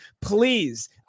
Please